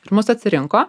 ir mus atsirinko